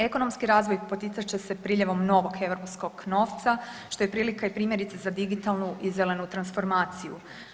Ekonomski razvoj poticat će se priljevom novog europskog novca, što je prilika i primjerice za digitalnu i zelenu transformaciju.